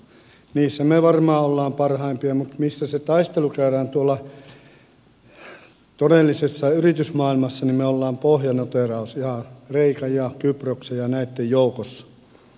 niissä me varmaan olemme parhaimpia mutta siellä missä se taistelu käydään tuolla todellisessa yritysmaailmassa me olemme pohjanoteeraus ja kreikan ja kyproksen ja näitten joukossa